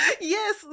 Yes